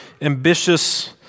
ambitious